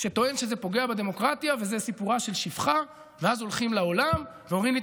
הוא אומר לי: